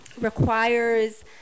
requires